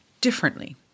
differently